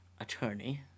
attorney